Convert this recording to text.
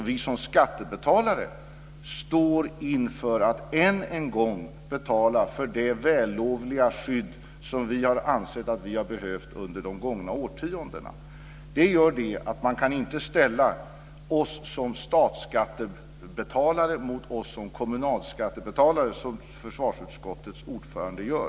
Vi som skattebetalare står inför att än en gång betala för det vällovliga skydd som vi har ansett att vi har behövt under de gångna årtiondena. Det går inte att ställa oss som statsskattebetalare mot oss som kommunalskattebetalare, som försvarsutskottets ordförande gör.